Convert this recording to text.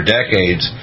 decades